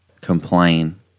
complain